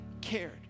cared